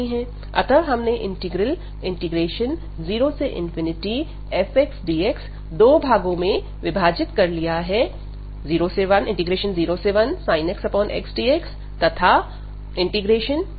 अतः हमने integral 0fxdx दो भागों में विभाजित कर लिया है 01sin x xdx तथा 1sin x xdx